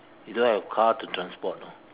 you don't have car to transport lor